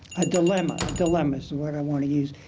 a dilemma, a dilemma's the word i wanna use,